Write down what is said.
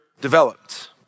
developed